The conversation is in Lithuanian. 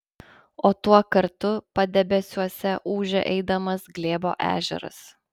o tuo kartu padebesiuose ūžė eidamas glėbo ežeras